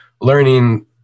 learning